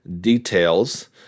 details